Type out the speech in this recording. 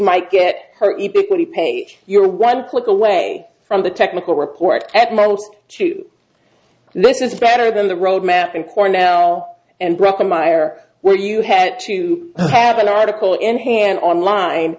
might get hurt equally page you're one click away from the technical report at most two this is better than the road map and cornell and broken mire where you had to have an article in hand online